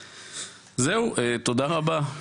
זהו, תודה רבה.